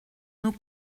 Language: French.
nos